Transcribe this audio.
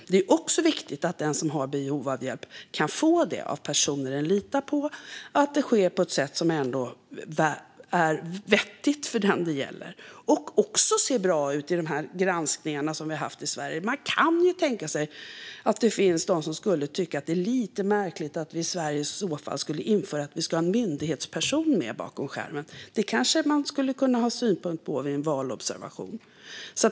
Det är också viktigt att den som har behov av hjälp kan få det av personer den litar på, att det sker på ett sätt som är vettigt för den det gäller och att det ser bra ut i sådana här granskningar som vi har haft i Sverige. Man kan ju tänka sig att det finns de som skulle kunna tycka att det är lite märkligt att vi i Sverige i så fall skulle införa att det ska vara en myndighetsperson med bakom skärmen. Det kanske man skulle kunna ha synpunkter på vid en valobservation.